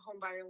homebuyer